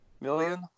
million